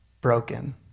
broken